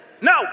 no